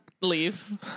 leave